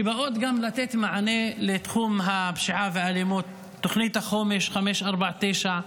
שבאות גם לתת מענה לתחום הפשיעה והאלימות: תוכנית החומש 549,